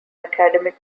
academic